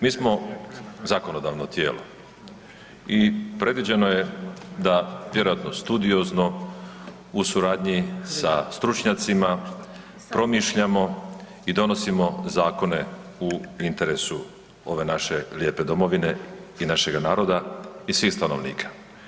Mi smo zakonodavno tijelo i predviđeno je da vjerojatno studiozno u suradnji sa stručnjacima promišljamo i donosimo zakone u interesu ove naše lijepe domovine i našega naroda i svih stanovnika.